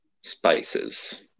Spices